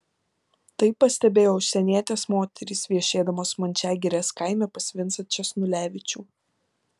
tai pastebėjo užsienietės moterys viešėdamos mančiagirės kaime pas vincą česnulevičių